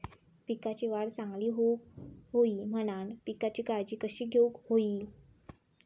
पिकाची वाढ चांगली होऊक होई म्हणान पिकाची काळजी कशी घेऊक होई?